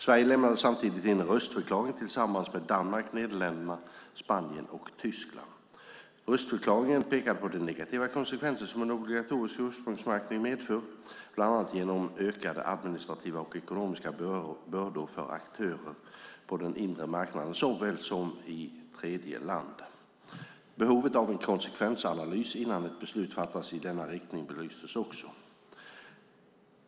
Sverige lämnade samtidigt in en röstförklaring tillsammans med Danmark, Nederländerna, Spanien och Tyskland. Röstförklaringen pekade på de negativa konsekvenser som en obligatorisk ursprungsmärkning medför, bland annat genom ökade administrativa och ekonomiska bördor för aktörer på den inre marknaden såväl som i tredjeland. Behovet av en konsekvensanalys innan ett beslut fattas i denna riktning belystes också.